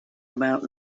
about